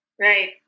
Right